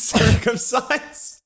circumcised